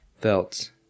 felt